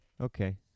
Okay